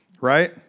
Right